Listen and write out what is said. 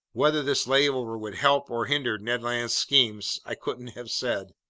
whether this layover would help or hinder ned land's schemes i couldn't have said.